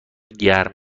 گرم